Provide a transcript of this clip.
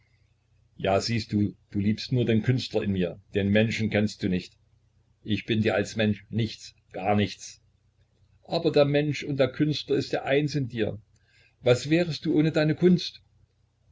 ja siehst du du liebst nur den künstler in mir den menschen kennst du nicht ich bin dir als mensch nichts gar nichts aber der mensch und der künstler ist ja eins in dir was wärest du ohne deine kunst